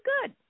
good